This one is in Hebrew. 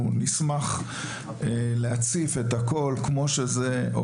אנחנו נשמח להציף את הכל כמו שזה.